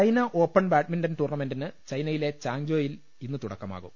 China open badminton ടൂർണമെന്റിന് ചൈനയിലെ ചാങ്ജോയിൽ ഇന്ന് തുടക്കമാകും